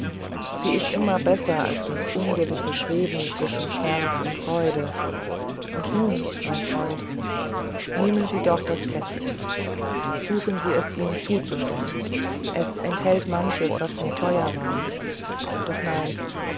sie ist immer besser als das ungewisse schweben zwischen schmerz und freude und nun mein freund nehmen sie dort das kästchen suchen sie es ihm zuzustellen es enthält manches was mir teuer war doch nein